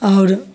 आओर